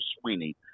sweeney